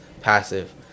passive